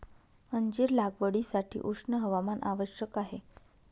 अंजीर लागवडीसाठी उष्ण हवामान आवश्यक आहे